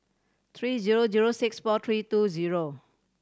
three zero zero six four three two zero